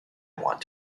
want